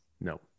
No